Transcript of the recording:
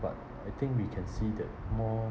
but I think we can see that more